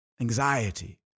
anxiety